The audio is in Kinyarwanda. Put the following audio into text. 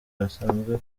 basanzwe